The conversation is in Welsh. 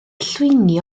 llwyni